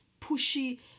pushy